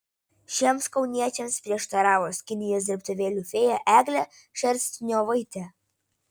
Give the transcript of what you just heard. šiems kauniečiams prieštaravo skinijos dirbtuvėlių fėja eglė šerstniovaitė